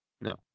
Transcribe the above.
No